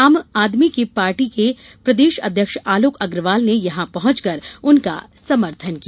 आम आदमी के पार्टी के प्रदेश अध्यक्ष आलोक अग्रवाल ने यहां पहुंचकर उनका समर्थन किया